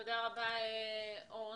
תודה רבה אורנה.